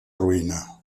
ruïna